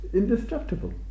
indestructible